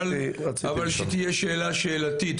אבל שתהיה שאלה שאלתית,